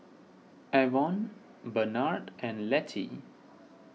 Avon Benard and Lettie